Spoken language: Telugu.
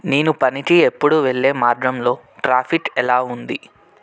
నేను పనికి ఎప్పుడు వెళ్ళే మార్గంలో ట్రాఫిక్ ఎలా ఉంది